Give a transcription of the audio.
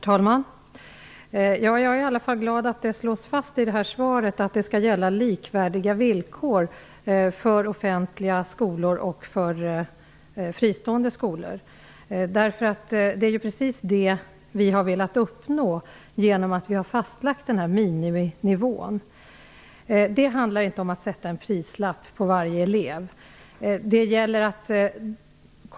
Herr talman! Jag är i alla fall glad över att det i svaret slogs fast att det skall vara likvärdiga villkor för offentliga och fristående skolor. Det är precis det vi har velat uppnå genom att fastställa en miniminivå. Det handlar inte om att sätta en prislapp på varje elev.